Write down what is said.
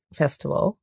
festival